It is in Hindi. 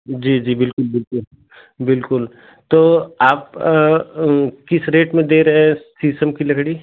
जी जी बिल्कुल बिल्कुल बिल्कुल तो आप किस रेट में दे रहे शीशम की लड़की